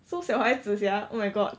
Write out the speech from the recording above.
so 小孩子 sia oh my god